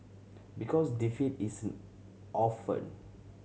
because defeat is an orphan